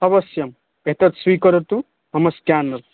अवश्यम् एतत् स्वीकरोतु मम स्केनर्